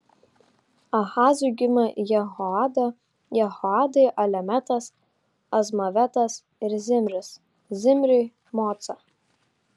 ahazui gimė jehoada jehoadai alemetas azmavetas ir zimris zimriui moca